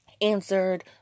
answered